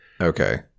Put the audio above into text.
Okay